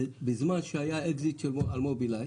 בזמן שהיה האקזיט של מובילאיי